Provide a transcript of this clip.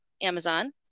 Amazon